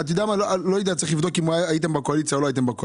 צריך לבדוק אם הייתם בקואליציה או לא.